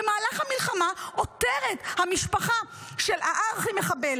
במהלך המלחמה עותרת המשפחה של הארכי-מחבל